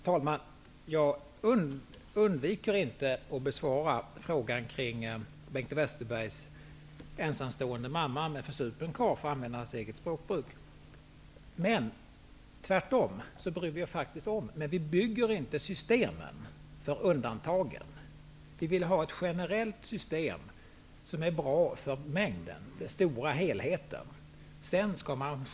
Herr talman! Jag undviker inte att besvara frå gan kring Bengt Westerbergs ensamstående mamma med försupen karl -- för att använda hans eget språkbruk. Tvärtom, vi bryr oss faktiskt om människor i sådana situationer. Men vi bygger inte system för undantagen. Vi vill ha ett generellt system, som är bra för den stora mängden.